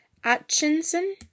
Atchinson